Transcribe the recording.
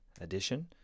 addition